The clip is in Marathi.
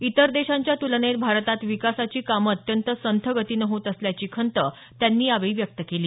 इतर देशांच्या तुलनेत भारतात विकासाची कामं अत्यंत संथ गतीनं होत असल्याची खंत त्यांनी यावेळी व्यक्त केली